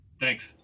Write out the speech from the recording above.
thanks